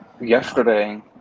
yesterday